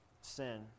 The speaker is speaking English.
sin